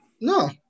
No